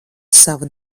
savu